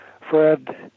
Fred